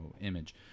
image